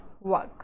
work